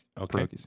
Okay